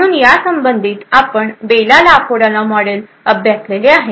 म्हणून या संबंधित आपण बेल ला पॉडेला मॉडेल अभ्यासलेले आहे